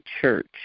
church